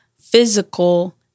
physical